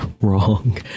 wrong